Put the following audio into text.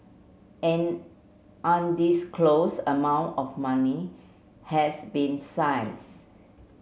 an undisclosed amount of money has been